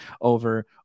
over